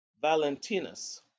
Valentinus